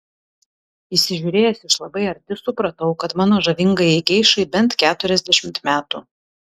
įsižiūrėjęs iš labai arti supratau kad mano žavingajai geišai bent keturiasdešimt metų